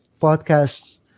podcasts